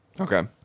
Okay